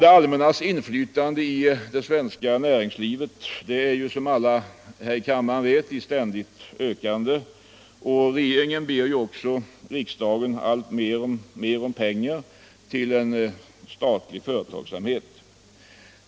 Det allmännas inflytande på det svenska näringslivet är, som alla här i kammaren vet, i ständigt ökande, och regeringen ber riksdagen om alltmer pengar till bl.a. statlig företagsamhet.